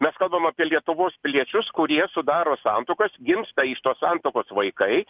mes kalbam apie lietuvos piliečius kurie sudaro santuokas gimsta iš tos santuokos vaikai